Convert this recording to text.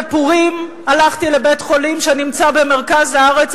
בפורים הלכתי לבית-חולים שנמצא במרכז הארץ,